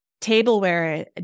tableware